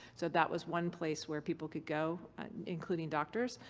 so that was one place where people could go including doctors.